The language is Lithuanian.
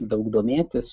daug domėtis